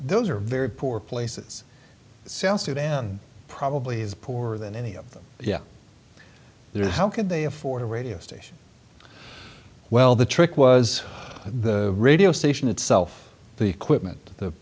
those are very poor places south sudan probably is poorer than any of them yet there is how can they afford a radio station well the trick was the radio station itself the equipment the